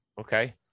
Okay